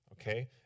okay